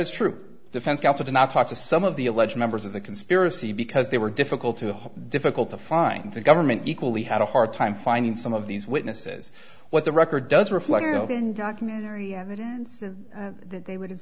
is true defense counsel to not talk to some of the alleged members of the conspiracy because they were difficult to hoe difficult to find the government equally had a hard time finding some of these witnesses what the record does reflect documentary evidence they would